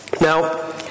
Now